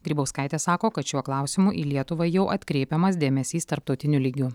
grybauskaitė sako kad šiuo klausimu į lietuvą jau atkreipiamas dėmesys tarptautiniu lygiu